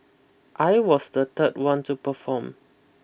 I was the third one to perform